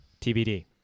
TBD